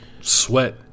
sweat